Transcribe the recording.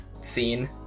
Scene